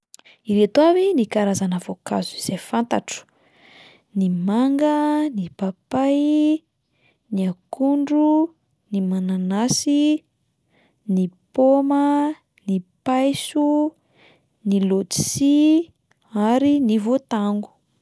Ireto avy ny karazana voankazo izay fantatro: ny manga, ny papay, ny akondro, ny mananasy, ny paoma, ny paiso, ny lodsy ary ny voatango.